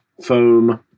Foam